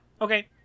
Okay